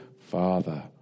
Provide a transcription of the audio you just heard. Father